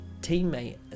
teammate